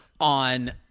On